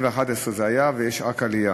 כך היה ב-2011, ויש רק עלייה.